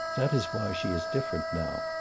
that is why she is different now.